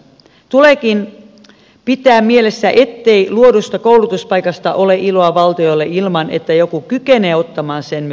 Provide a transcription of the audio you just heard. tuleekin pitää mielessä ettei luodusta koulutuspaikasta ole iloa valtiolle ilman että joku kykenee ottamaan sen myös vastaan